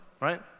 right